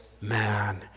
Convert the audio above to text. man